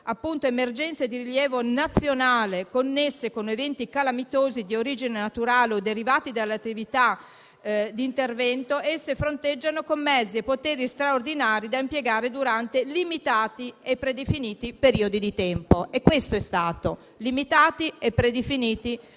emergenze di rilievo nazionale connesse con eventi calamitosi di origine naturale o derivanti dall'attività dell'uomo che possono essere fronteggiate con mezzi e poteri straordinari da impiegare durante limitati e predefiniti periodi di tempo. Così è stato: limitati e predefiniti limiti